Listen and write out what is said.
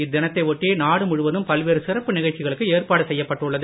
இத்தினத்தை ஒட்டி நாடு முழுவதும் பல்வேறு சிறப்பு நிகழ்ச்சிகளுக்கு ஏற்பாடு செய்யப்பட்டுள்ளது